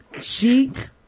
Sheet